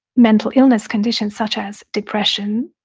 mental illness conditions such as depression,